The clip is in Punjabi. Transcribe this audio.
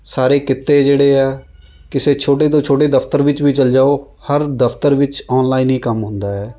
ਸਾਰੇ ਕਿੱਤੇ ਜਿਹੜੇ ਹੈ ਕਿਸੇ ਛੋਟੇ ਤੋਂ ਛੋਟੇ ਦਫ਼ਤਰ ਵਿੱਚ ਵੀ ਚਲ ਜਾਓ ਹਰ ਦਫ਼ਤਰ ਵਿੱਚ ਔਨਲਾਈਨ ਹੀ ਕੰਮ ਹੁੰਦਾ ਹੈ